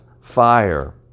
fire